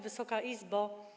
Wysoka Izbo!